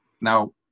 Now